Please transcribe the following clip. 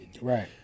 Right